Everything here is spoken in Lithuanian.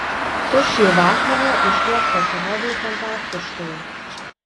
tu šį vakarą išties pasirodei fantastiškai